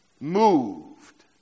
moved